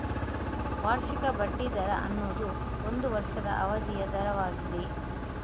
ವಾರ್ಷಿಕ ಬಡ್ಡಿ ದರ ಅನ್ನುದು ಒಂದು ವರ್ಷದ ಅವಧಿಯ ದರವಾಗಿದೆ